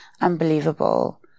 unbelievable